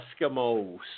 Eskimos